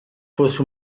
fosse